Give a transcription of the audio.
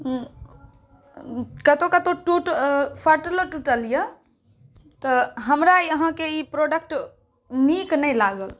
कतहु कतहु टुटलो फाटल यऽ तऽ हमरा अहाँके ई प्रोडक्ट नीक नहि लागल